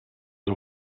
the